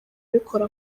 abikora